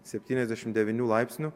septyniasdešimt devynių laipsnių